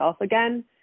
again